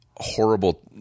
horrible